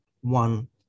one